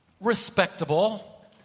respectable